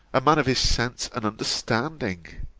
a man of his sense and understanding.